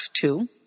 two